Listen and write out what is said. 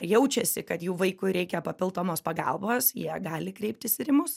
jaučiasi kad jų vaikui reikia papildomos pagalbos jie gali kreiptis ir į mus